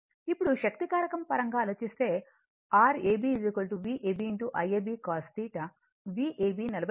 ఇప్పుడు శక్తి కారకం పరంగా ఆలోచిస్తే Rab Vab Iab cos θ Vab 44